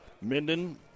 Minden